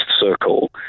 circle